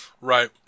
Right